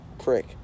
prick